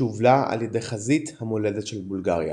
שהובלה על ידי חזית המולדת של בולגריה.